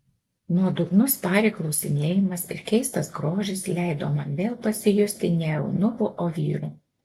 nuodugnus pari klausinėjimas ir keistas grožis leido man vėl pasijusti ne eunuchu o vyru